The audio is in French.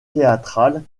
théâtrale